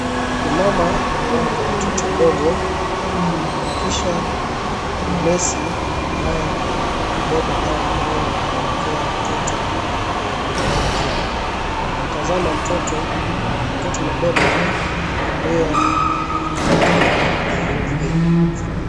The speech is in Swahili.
Kuna mama ambaye ako na mtoto mdogo kisha kuna nesi ambaye amebeba dawa mkononi na kumuekea mtoto kwenye mdomo wake. Wamnatazama mtoto, mtoto amebebwa kutumia kitambaa nyeupe.